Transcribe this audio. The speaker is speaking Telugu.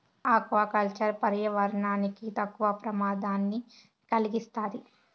ఆక్వా కల్చర్ పర్యావరణానికి తక్కువ ప్రమాదాన్ని కలిగిస్తాది